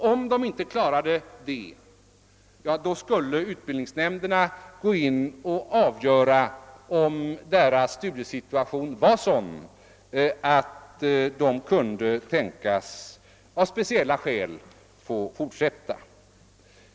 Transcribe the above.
Om de inte klarade detta skulle utbildningsnämnderna avgöra om deras studiesituation var sådan att de av speciella skäl kunde tänkas få fortsätta.